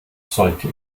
sollte